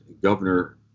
Governor